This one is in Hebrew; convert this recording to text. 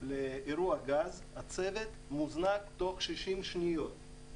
לאירוע גז, הצוות מוזנק תוך 60 שניות,